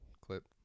clip